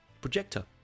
projector